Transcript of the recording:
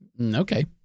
Okay